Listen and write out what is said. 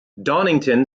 donington